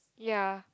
ya